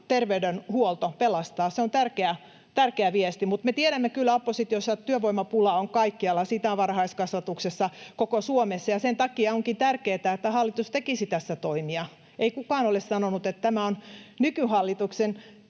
terveydenhuolto pelastaa. Se on tärkeä viesti. Mutta me tiedämme kyllä oppositiossa, että työvoimapulaa on kaikkialla, sitä on varhaiskasvatuksessa, koko Suomessa. Ja sen takia onkin tärkeää, että hallitus tekisi tässä toimia. Ei kukaan ole sanonut, että tämä on nykyhallituksen